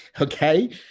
Okay